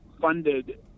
funded